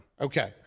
Okay